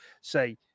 say